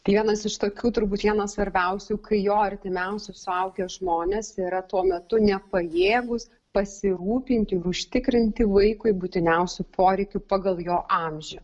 vienas iš tokių turbūt vienas svarbiausių kai jo artimiausi suaugę žmonės yra tuo metu nepajėgūs pasirūpinti ir užtikrinti vaikui būtiniausių poreikių pagal jo amžių